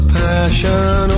passion